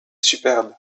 superbe